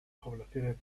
poblaciones